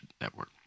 network